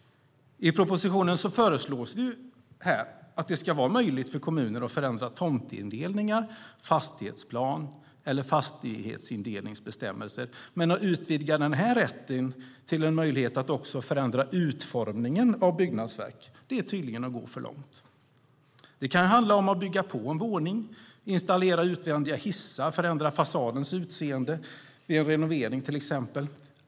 I propositionen föreslås det att det ska vara möjligt för kommuner att förändra tomtindelningar, fastighetsplaner eller fastighetsindelningsbestämmelser. Men att utvidga denna rätt till en möjlighet att förändra utformningen av byggnadsverk är tydligen att gå för långt. Det kan handla om att bygga på en våning, installera utvändiga hissar eller förändra fasadens utseende vid en renovering.